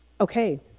Okay